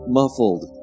muffled